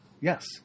Yes